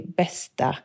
bästa